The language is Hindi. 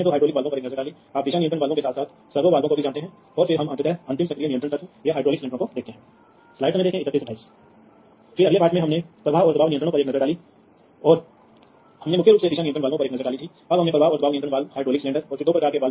तो आइए हम समय के मामले में बताते हैं कि क्या होने जा रहा है यह है कि विभिन्न डिवाइस वास्तव में तारों की एक ही जोड़ी पर उच्च गति के डिजिटल डेटा का संचार कर रहे हैं बार